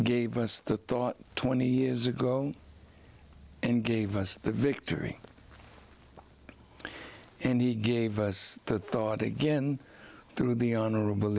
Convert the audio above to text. gave us the thought twenty years ago and gave us the victory and he gave us the thought again through the honorable